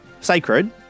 sacred